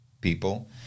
people